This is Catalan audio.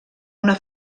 una